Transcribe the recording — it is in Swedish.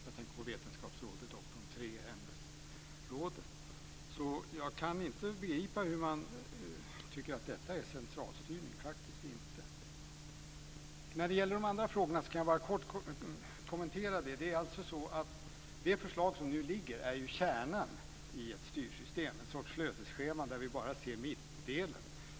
Jag tänker på vetenskapsrådet och de tre ämnesråden. Jag kan alltså inte begripa hur man kan tycka att detta är centralstyrning - faktiskt inte. Jag kan kort kommentera de andra frågorna. Det förslag som nu ligger är kärnan i ett styrsystem - en sorts flödesschema där vi bara ser mittdelen.